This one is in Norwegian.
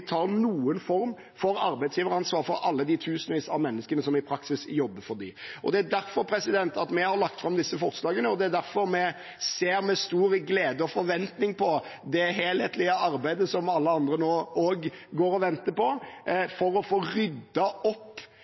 tar noen form for arbeidsgiveransvar for alle de tusenvis av menneskene som i praksis jobber for dem. Det er derfor vi har lagt fram disse forslagene, og det er derfor vi med stor glede og forventning ser fram til det helhetlige arbeidet som alle andre også går og venter på, for å få ryddet opp